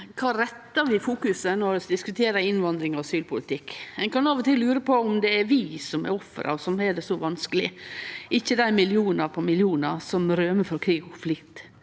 fokuserer vi på når vi diskuterer innvandring og asylpolitikk? Ein kan av og til lure på om det er vi som er offera, som har det så vanskeleg, og ikkje dei millionar på millionar som rømmer frå krig og konflikt.